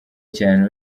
cyane